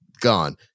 gone